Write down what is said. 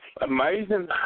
amazing